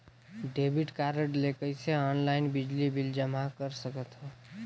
Debit card ले कइसे online बिजली बिल जमा कर सकथव?